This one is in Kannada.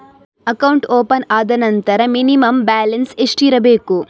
ಅಕೌಂಟ್ ಓಪನ್ ಆದ ನಂತರ ಮಿನಿಮಂ ಬ್ಯಾಲೆನ್ಸ್ ಎಷ್ಟಿರಬೇಕು?